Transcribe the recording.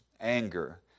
anger